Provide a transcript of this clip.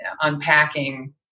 unpacking